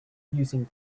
using